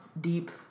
deep